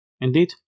Indeed